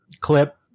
clip